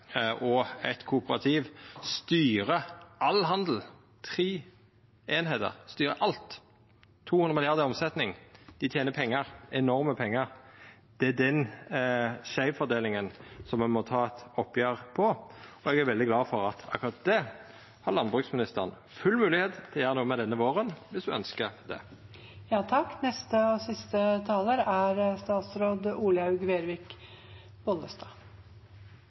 og eit kooperativ styrer all handel – tre einingar styrer alt med 200 mrd. kr i omsetning, dei tener enorme pengar – må me ta eit oppgjer med den skeivfordelinga. Eg er veldig glad for at akkurat det har landbruksministeren full moglegheit til å gjera noko med denne våren viss